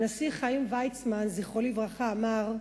הנשיא חיים ויצמן, זכרו לברכה, אמר: